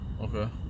Okay